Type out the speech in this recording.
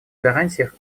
гарантиях